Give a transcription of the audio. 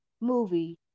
movie